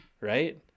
right